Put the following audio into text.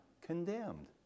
condemned